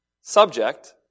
Subject